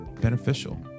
beneficial